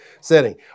setting